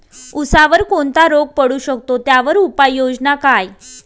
ऊसावर कोणता रोग पडू शकतो, त्यावर उपाययोजना काय?